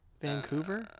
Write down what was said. Vancouver